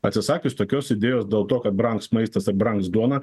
atsisakius tokios idėjos dėl to kad brangs maistas ir brangs duona